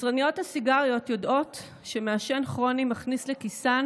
יצרניות הסיגריות יודעות שמעשן כרוני מכניס לכיסן